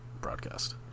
broadcast